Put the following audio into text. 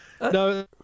No